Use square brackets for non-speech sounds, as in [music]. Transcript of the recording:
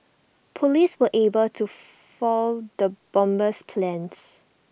Police were able to [noise] foil the bomber's plans